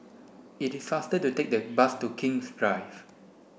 it is faster to take the bus to King's Drive